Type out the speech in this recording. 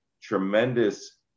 tremendous